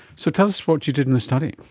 so tell us what you did in the study?